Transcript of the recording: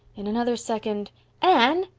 in another second anne!